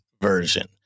version